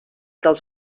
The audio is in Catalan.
dels